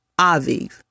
Aviv